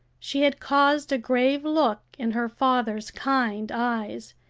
she had caused a grave look in her father's kind eyes,